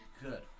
Good